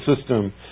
system